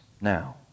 now